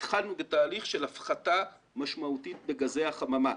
התחלנו בתהליך של הפחתה משמעותית בגזי החממה,